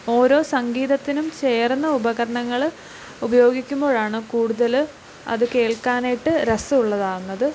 ഓരോ സംഗീതത്തിനും ചേരുന്ന ഉപകരണങ്ങൾ ഉപയോഗിക്കുമ്പോഴാണ് കൂടുതൽ അത് കേൾക്കാനായിട്ട് രസം ഉള്ളതാകുന്നത്